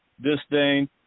disdain